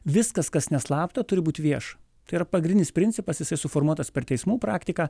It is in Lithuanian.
viskas kas neslapta turi būti vieša tai yra pagrindinis principas jisai suformuotas per teismų praktiką